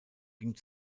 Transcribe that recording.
ging